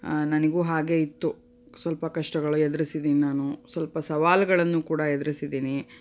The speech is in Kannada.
ನನಗೂ ಹಾಗೇ ಇತ್ತು ಸ್ವಲ್ಪ ಕಷ್ಟಗಳು ಎದುರಿಸಿದೀನಿ ನಾನು ಸ್ವಲ್ಪ ಸವಾಲುಗಳನ್ನೂ ಕೂಡ ಎದುರಿಸಿದೀನಿ